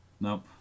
nope